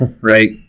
Right